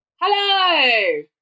Hello